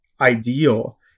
ideal